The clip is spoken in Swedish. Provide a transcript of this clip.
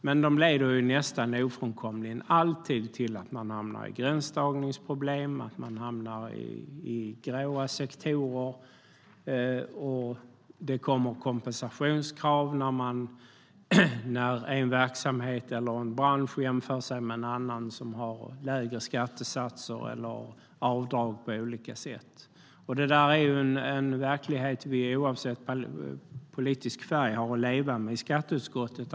Men de leder nästan ofrånkomligen alltid till att man hamnar i gränsdragningsproblem och i grå sektorer. Det kan ställas kompensationskrav när en verksamhet eller en bransch jämför sig med en annan som har lägre skattesatser eller avdrag på olika sätt. Att få höra de här argumentationerna är en verklighet som vi oavsett politisk färg har att leva med i skatteutskottet.